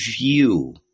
view